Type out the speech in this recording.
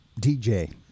DJ